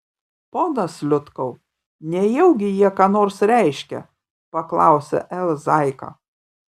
ponas liutkau nejaugi jie ką nors reiškia paklausė l zaika